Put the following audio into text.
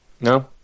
No